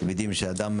אנחנו יודעים שאדם,